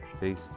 Peace